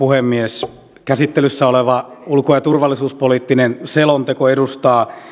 puhemies käsittelyssä oleva ulko ja turvallisuuspoliittinen selonteko edustaa